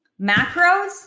Macros